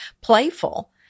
playful